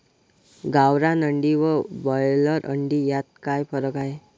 गावरान अंडी व ब्रॉयलर अंडी यात काय फरक आहे?